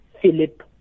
Philip